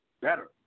better